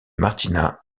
martina